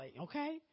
okay